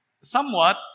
somewhat